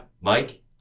Mike